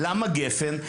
למה גפ"ן?